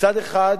מצד אחד,